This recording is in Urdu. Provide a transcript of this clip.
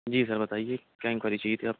جی سر بتائیے کیا انکوائری چاہیے تھی آپ کو